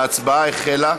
ההצבעה החלה.